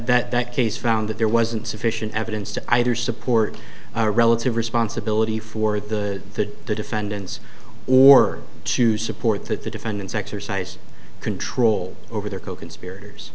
that that case found that there wasn't sufficient evidence to either support a relative responsibility for the defendants or to support that the defendants exercise control over the